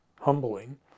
Humbling